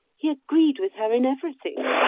he agreed with her in everything.